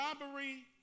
robbery